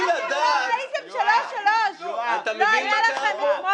לא היה לכם רוב.